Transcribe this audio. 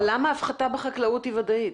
אבל למה ההפחתה בחקלאות היא ודאית?